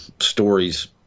stories